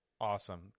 Awesome